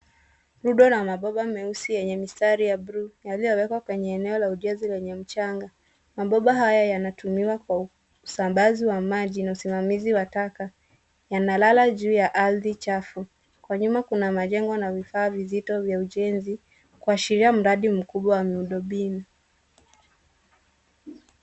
Rundo la mabomba meusi yenye mistari ya buluu, yaliyowekwa kwenye eneo la ujenzi lenye mchanga. Mabomba hayo yanatumiwa kwa usambazi wa maji na usimamizi wa taka. Yanalala juu ya ardhi chafu, kwa nyuma kuna majengo na vifaa vizito vya ujenzi kwashiria mradi mkubwa wa miundombinu.